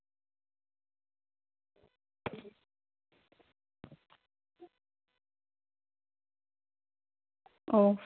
ᱚ